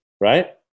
right